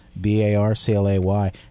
B-A-R-C-L-A-Y